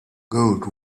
gold